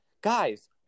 Guys